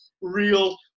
real